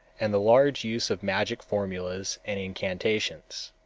and the large use of magic formulas and incantations.